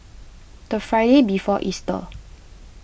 the Friday before Easter